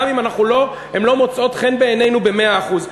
גם אם הן לא מוצאות חן בעינינו במאה אחוז.